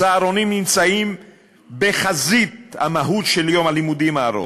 הצהרונים נמצאים בחזית המהות של יום הלימודים הארוך.